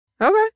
okay